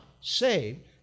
saved